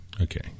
Okay